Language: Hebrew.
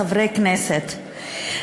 חברי כנסת,